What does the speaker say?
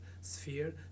sphere